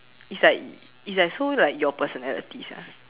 is like is like so like your personality sia